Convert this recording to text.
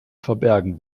verbergen